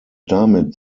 damit